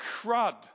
crud